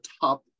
top